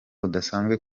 budasanzwe